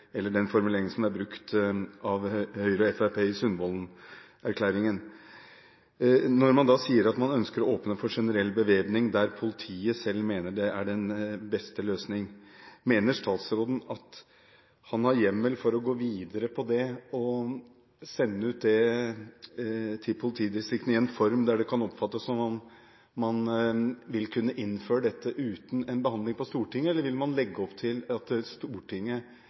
der politiet selv mener det er den beste løsningen, mener statsråden at han har hjemmel for å gå videre med det og sende det ut til politidistriktene i en form der det kan oppfattes som om man vil kunne innføre dette uten en behandling på Stortinget? Eller vil man legge opp til at Stortinget